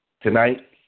tonight